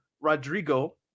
Rodrigo